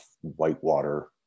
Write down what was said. whitewater